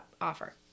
offer